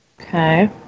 Okay